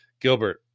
gilbert